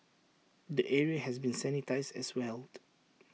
the area has been sanitised as well